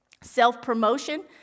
self-promotion